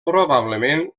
probablement